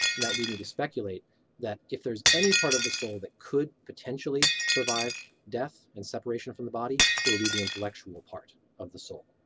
that lead me to speculate that if there's any part of the soul that could potentially survive death and separation from the body, it will be the intellectual part of the soul.